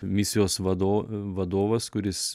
misijos vado vadovas kuris